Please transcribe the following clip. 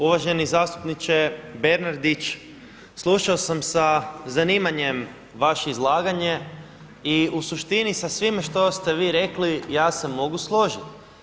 Uvaženi zastupniče Bernardić, slušao sam sa zanimanjem vaše izlaganje i u suštini sa svime što ste vi rekli ja se mogu složiti.